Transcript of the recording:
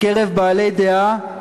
בקרב בעלי דעה,